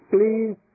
Please